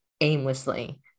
aimlessly